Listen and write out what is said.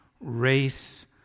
race